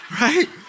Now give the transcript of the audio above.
right